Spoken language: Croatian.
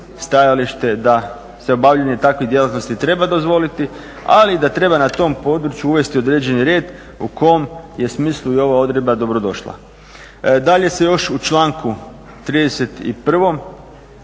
da se obavljanje takvih djelatnosti treba dozvoliti, ali da treba na tom području uvesti određeni red u kom je smislu i ova odredba dobrodošla. Dalje se još u članku 31.